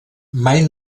mai